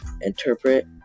interpret